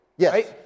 Yes